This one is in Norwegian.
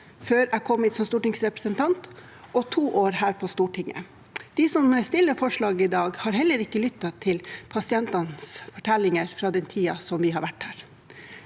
før jeg kom hit som stortingsrepresentant, og i to år her på Stortinget. De som stiller forslag i dag, har heller ikke lyttet til pasientenes fortellinger fra den tiden vi har vært her.